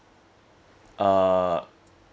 uh